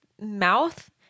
mouth